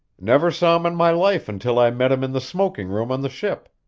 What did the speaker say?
never saw him in my life until i met him in the smoking room on the ship,